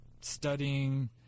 studying